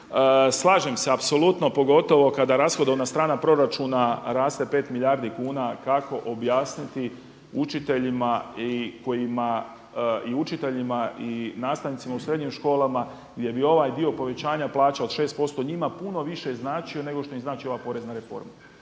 Slažem se apsolutno pogotovo kada rashodovna strana proračuna raste pet milijardi kuna kako objasniti učiteljima i nastavnicima u srednjim školama gdje bi ovaj dio povećanja plaća od 6% njima puno više značio nego što im znači ova porezna reforma.